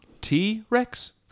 T-Rex